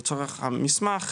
לצורך המסמך,